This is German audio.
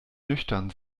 nüchtern